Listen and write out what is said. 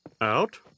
Out